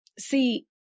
See